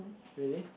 really